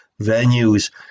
venues